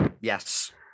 Yes